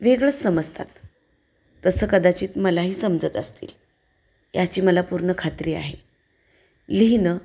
वेगळंच समजतात तसं कदाचित मलाही समजत असतील ह्याची मला पूर्ण खात्री आहे लिहिणं